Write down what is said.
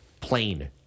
plain